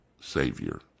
savior